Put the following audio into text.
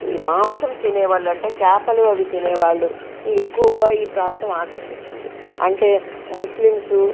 ఈ మాంసం తినేవాళ్ళు అంటే చేపలు తినేవాళ్ళు ఇవి ఎక్కువగా ఈ ప్రాంతం ఆకర్షిస్తుంది అంటే ముస్లిమ్స్